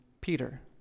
Peter